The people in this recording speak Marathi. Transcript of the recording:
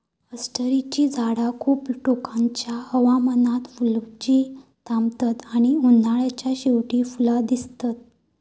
अष्टरची झाडा खूप टोकाच्या हवामानात फुलुची थांबतत आणि उन्हाळ्याच्या शेवटी फुला दितत